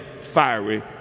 fiery